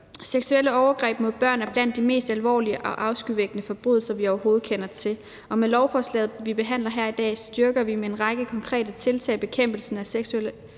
Seksuelle overgreb mod børn er blandt de mest alvorlige og afskyvækkende forbrydelser, vi overhovedet kender til, og med lovforslaget, vi behandler her i dag, styrker vi med en række konkrete tiltag bekæmpelsen af seksuelle overgreb